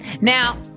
Now